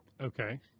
Okay